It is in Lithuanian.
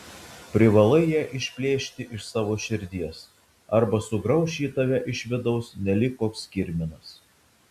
privalai ją išplėšti iš savo širdies arba sugrauš ji tave iš vidaus nelyg koks kirminas